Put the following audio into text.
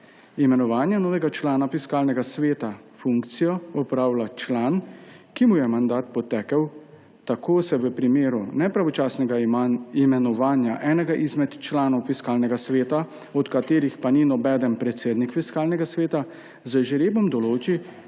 imenovanja novega člana Fiskalnega sveta funkcijo opravlja član, ki mu je mandat potekel. Tako se v primeru nepravočasnega imenovanja enega izmed članov Fiskalnega sveta, od katerih pa ni nobeden predsednik Fiskalnega sveta, z žrebom določi,